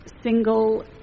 single